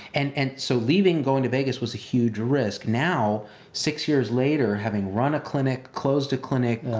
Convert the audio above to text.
and and so leaving, going to vegas was a huge risk. now six years later, having run a clinic, closed a clinic,